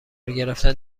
گرفتن